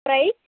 try